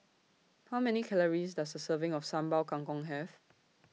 How Many Calories Does A Serving of Sambal Kangkong Have